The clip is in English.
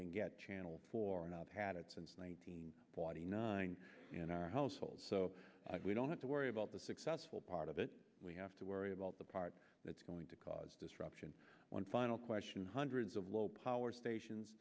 can get channel four and i've had it since one thousand forty nine in our household so we don't have to worry about the successful part of it we have to worry about the part that's going to cause disruption one final question hundreds of low power stations